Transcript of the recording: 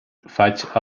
faig